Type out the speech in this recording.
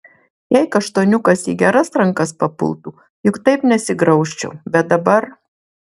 jei kaštoniukas į geras rankas papultų juk taip nesigraužčiau bet dabar